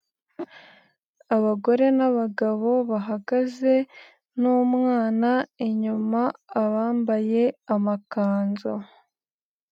Abagore n'abagabo bahagaze, n'umwana, inyuma abambaye amakanzu.